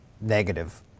negative